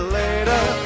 later